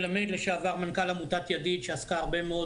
לשעבר מנכ"ל עמותת ידיד שעסקה הרבה מאוד